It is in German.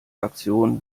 aktion